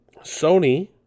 Sony